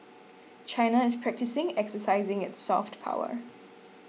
China is practising exercising its soft power